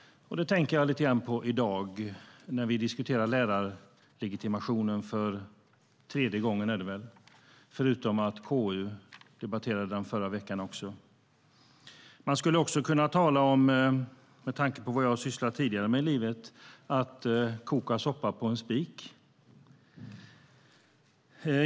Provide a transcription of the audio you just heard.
Det tänker jag lite grann på också i dag när vi diskuterar lärarlegitimationen för tredje gången, förutom att KU debatterade den förra veckan. Man skulle också kunna tala om, med tanke på vad jag har sysslat med tidigare i livet, att koka soppa på en spik.